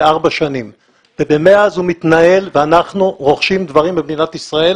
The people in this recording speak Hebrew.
ארבע שנים ומאז הוא מתנהל ואנחנו רוכשים דברים במדינת ישראל.